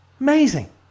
Amazing